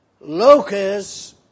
locusts